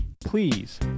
please